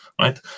right